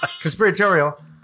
Conspiratorial